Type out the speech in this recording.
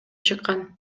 чыккан